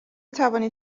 توانی